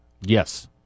Yes